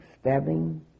stabbing